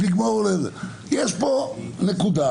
יש פה נקודה.